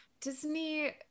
Disney